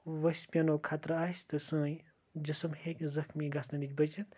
ؤسۍ پیٚنُک خطرٕ آسہِ تہٕ سٲنۍ جسم ہیٚکہِ زخمی گژھنہٕ نِش بٔچِتھ